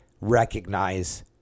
recognize